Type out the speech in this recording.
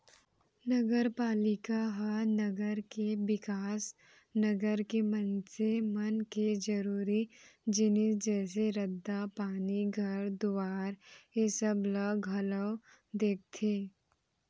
नगरपालिका ह नगर के बिकास, नगर के मनसे मन के जरुरी जिनिस जइसे रद्दा, पानी, घर दुवारा ऐ सब ला घलौ देखथे